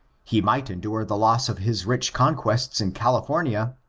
he might endure the loss of his rich conquests in california,